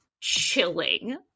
chilling